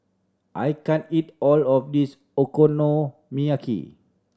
I can't eat all of this Okonomiyaki